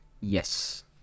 Yes